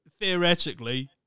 theoretically